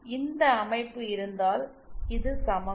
இந்த அமைப்பு இருந்தால் இது சமம் இது